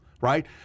Right